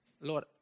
lord